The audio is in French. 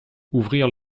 ouvrir